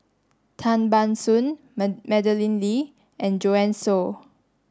Tan Ban Soon Madeleine Lee and Joanne Soo